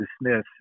dismiss